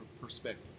perspective